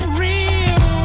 real